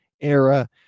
era